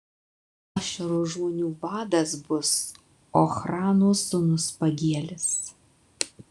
ašero žmonių vadas bus ochrano sūnus pagielis